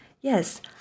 Yes